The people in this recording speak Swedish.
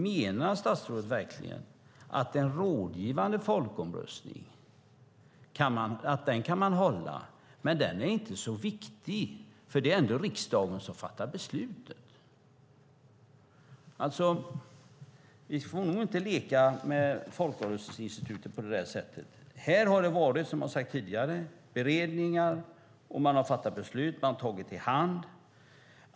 Menar statsrådet verkligen att man kan hålla en rådgivande folkomröstning men att den inte är viktig eftersom det är riksdagen som fattar beslutet? Vi får nog inte leka med folkomröstningsinstitutet på det sättet. Här har det skett beredningar, man har fattat beslut, tagit i hand.